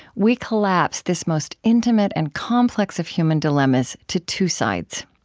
we collapse this most intimate and complex of human dilemmas to two sides.